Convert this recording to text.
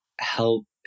help